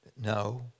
No